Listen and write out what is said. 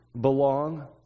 belong